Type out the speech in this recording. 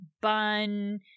bun